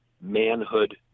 manhood